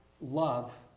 love